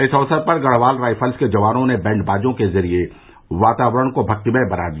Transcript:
इस अवसर पर गढ़वाल राइफल के जवानों ने बैंड बाजों के जरिये वातावरण को भक्तिमय बना दिया